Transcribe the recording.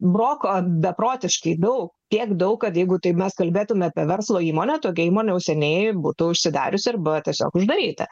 broko beprotiškai daug tiek daug kad jeigu taip mes kalbėtumėme apie verslo įmonę tokia įmonė jau seniai būtų užsidariusi arba tiesiog uždaryta